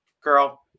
girl